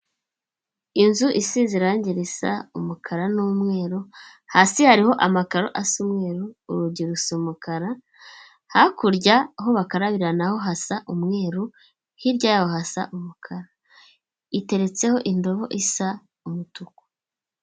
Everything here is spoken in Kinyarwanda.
Inzu isize irangi risa umukara n'umweru, hasi hariho amakaro asa umweru, urugi rusa umukara, hakurya aho bakarabira na ho hasa umweru, hirya yaho hasa umukara. Iteretseho indobo isa umutuku.